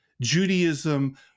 Judaism